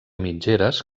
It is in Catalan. mitgeres